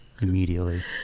immediately